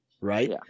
right